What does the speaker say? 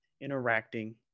interacting